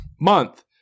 month